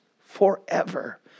forever